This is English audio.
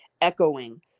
echoing